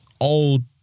old